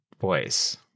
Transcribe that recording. voice